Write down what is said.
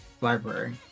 library